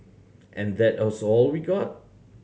and that also all we got